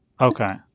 Okay